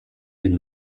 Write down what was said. elle